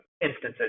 instances